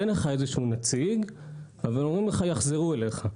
עולה נציג ואומר: יחזרו אליך.